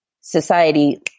society